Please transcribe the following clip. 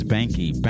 Banky